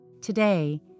Today